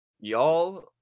y'all